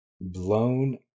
blown